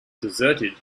deserted